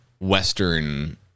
western